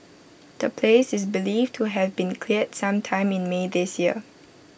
the place is believed to have been cleared some time in may this year